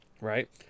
right